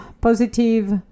positive